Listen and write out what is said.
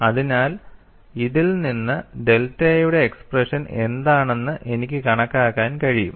അതിനാൽ ഇതിൽ നിന്ന് ഡെൽറ്റയുടെ എക്സ്പ്രെഷൻ എന്താണെന്ന് എനിക്ക് കണക്കാക്കാൻ കഴിയും